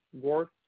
work